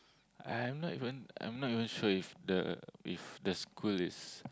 I'm not even I'm not even sure if the if the school is